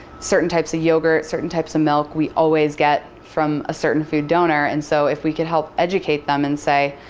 certain types of yogurt, certain types of milk, we always get from a certain food donor. and so if we could help educate them and say,